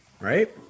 right